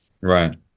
Right